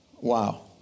Wow